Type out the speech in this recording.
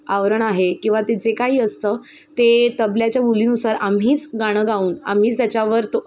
आवरण आहे किंवा ते जे काही असतं ते तबल्याच्या बोलीनुसार आम्हीच गाणं गाऊन आम्हीच त्याच्यावर तो